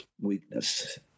weakness